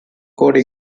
code